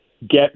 get